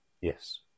Yes